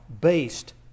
based